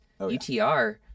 UTR